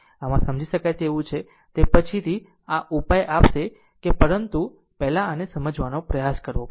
આમ આ સમજી શકાય તેવું છે તે પછીથી આ ઉપાય આપશે કે પરંતુ પહેલા આને સમજવાનો પ્રયાસ કરવો પડશે